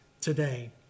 today